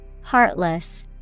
Heartless